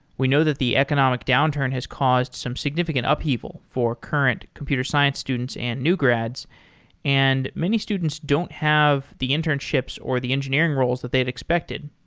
we know that the economic downturn has caused some significant upheaval for current computer science students and new grads and many students don't have the internships or the engineering roles that they'd expected,